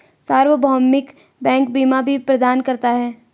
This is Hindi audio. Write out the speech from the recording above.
सार्वभौमिक बैंक बीमा भी प्रदान करता है